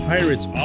Pirates